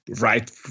right